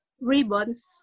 ribbons